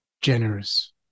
Generous